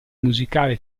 musicale